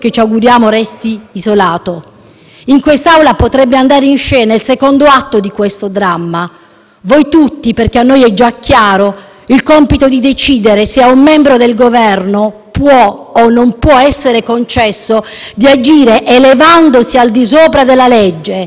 voi tutti - perché a noi è già chiaro - il compito di decidere se a un membro del Governo può o no essere concesso di agire elevandosi al di sopra della legge, smarcandosi dal dovere di realizzare, nel concreto di ogni specifica circostanza,